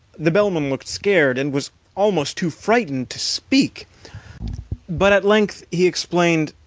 the bellman looked scared, and was almost too frightened to speak but at length he explained,